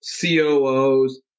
COOs